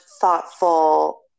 thoughtful